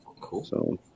Cool